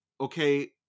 okay